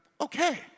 okay